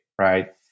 right